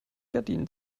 gardinen